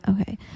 Okay